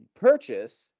purchase